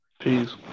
Peace